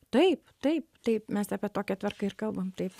taip taip taip mes apie tokią tvarką ir kalbam taip